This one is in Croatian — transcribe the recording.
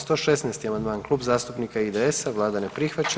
116. amandman Klub zastupnika IDS-a, vlada ne prihvaća.